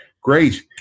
Great